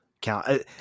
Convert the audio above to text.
count